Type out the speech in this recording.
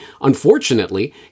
Unfortunately